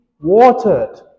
watered